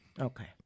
Okay